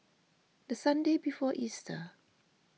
the Sunday before Easter